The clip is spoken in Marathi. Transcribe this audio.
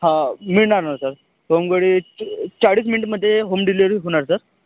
हा मिळणार ना सर चाळीस मिंटमधे होम डिलेवरी होणार सर